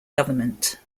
government